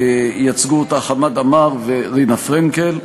ייצגו אותה חמד עמאר ורינה פרנקל,